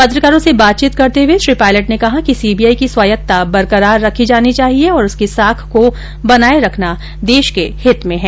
पत्रकारों से बातचीत करते हुए श्री पायलट ने कहा कि सीबीआई की स्वायतत्ता बरकरार रखी जानी चाहिये और उसकी साख को बनाये रखना देश के हित में है